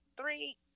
three